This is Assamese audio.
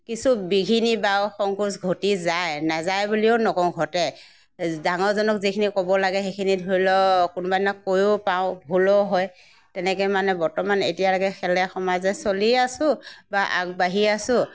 কিছু বিঘিনি বা সংকোচ ঘটি যায় নেযায় বুলিও নকওঁ ঘটে ডাঙৰজনক যিখিনি ক'ব লাগে সেইখিনি ধৰি লওক কোনোবাদিনা কৈয়ো পাওঁ ভুলো হয় তেনেকৈ মানে বৰ্তমান এতিয়ালৈকে খেলে সমাজে চলি আছোঁ বা আগবাঢ়ি আছোঁ